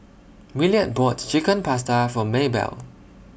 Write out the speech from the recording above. Williard bought Chicken Pasta For Maebell